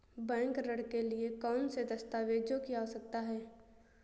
Bank ऋण के लिए कौन से दस्तावेजों की आवश्यकता है?